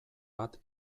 bat